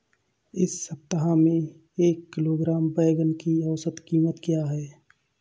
इस सप्ताह में एक किलोग्राम बैंगन की औसत क़ीमत क्या है?